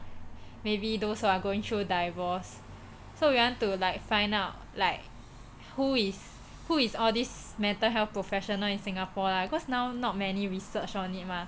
maybe those who are going through divorce so we want to like find out like who is who is all this mental health professionals in Singapore lah cause now not many research on it mah